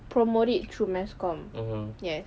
promote it through mass comm yes